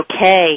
okay